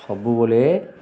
ସବୁବେଳେ